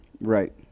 Right